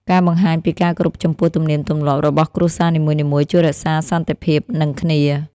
ការបង្ហាញពីការគោរពចំពោះទំនៀមទំលាប់របស់គ្រួសារនីមួយៗជួយរក្សាសន្តិភាពនិងគ្នា។